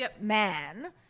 man